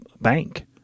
bank